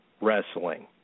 wrestling